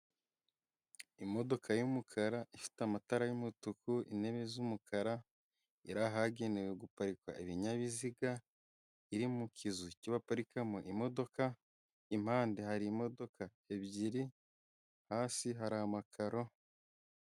Imodoka y'umukara ifite amatara y'umutuku intebe z'umukara, iri ahagenewe guparika ibinyabiziga, iri mu kizu cyo baparikamo imodoka, impande hari imodoka ebyiri hasi hari amakaro.